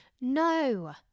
No